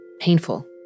painful